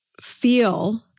feel